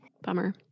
Bummer